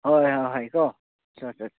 ꯍꯣꯏ ꯍꯣꯏ ꯍꯣꯏ ꯀꯣ